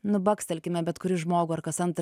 nu bakstelkime bet kurį žmogų ar kas antrą